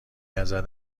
ازت